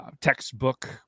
textbook